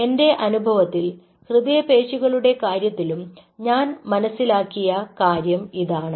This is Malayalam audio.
എൻറെ അനുഭവത്തിൽ ഹൃദയപേശികളുടെ കാര്യത്തിലും ഞാൻ മനസ്സിലാക്കിയ കാര്യം ഇതാണ്